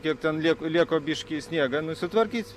kiek ten liek lieka biškį sniegą nu sutvarkyt